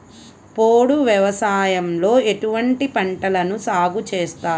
పోడు వ్యవసాయంలో ఎటువంటి పంటలను సాగుచేస్తారు?